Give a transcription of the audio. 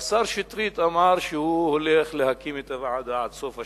והשר שטרית אמר שהוא הולך להקים את הוועדה עד סוף השנה,